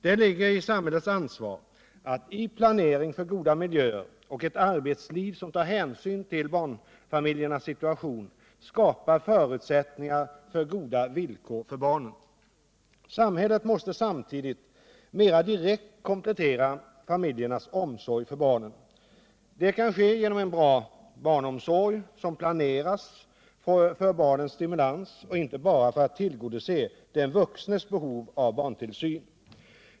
Det ligger i samhällets ansvar att i planering för goda miljöer och ett arbetsliv som tar hänsyn till barnfamiljernas situation skapa förutsättningar för goda villkor för barnen. Samhället måste samtidigt mera direkt komplettera familjernas omsorg för barnen. Det kan ske genom en bra barnomsorg, som planeras för barnens stimulans och inte bara för att tillgodose den vuxnes behov av barntillsyn.